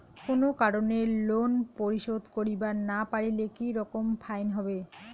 কোনো কারণে লোন পরিশোধ করিবার না পারিলে কি রকম ফাইন হবে?